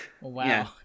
Wow